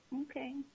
Okay